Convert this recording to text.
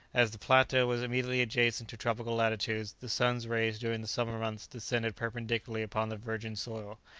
as the plateau was immediately adjacent to tropical latitudes, the sun's rays during the summer months descended perpendicularly upon the virgin soil,